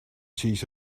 siis